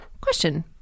Question